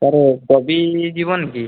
ସାରେ କୋବି ଯିବନି କି